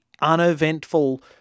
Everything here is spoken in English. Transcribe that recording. uneventful